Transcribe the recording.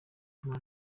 nta